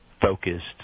focused